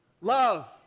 Love